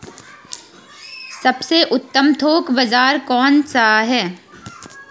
सबसे उत्तम थोक बाज़ार कौन सा है?